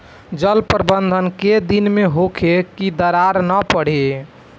जल प्रबंधन केय दिन में होखे कि दरार न पड़ी?